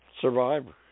Survivor